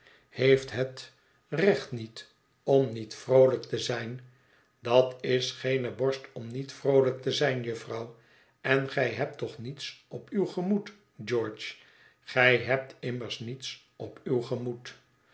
heeft het recht niet om niet vroolijk te zijn dat is geene borst om niet vroolijk te zijn jufvrouw en gij hebt toch niets op uw gemoed george gij hebt immers niets op uw gemoed